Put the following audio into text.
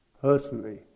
personally